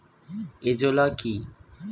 Azolla কি?